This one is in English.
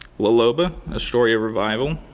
la loba a story of revival.